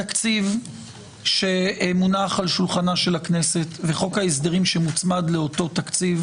התקציב שמונח על שולחנה של הכנסת וחוק ההסדרים שמוצמד לאותו תקציב,